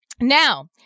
Now